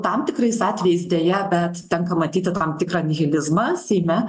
tam tikrais atvejais deja bet tenka matyti tam tikrą nihilizmą seime